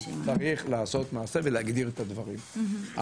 צריך לעשות מעשה ולהגדיר את הדברים,